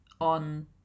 on